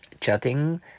chatting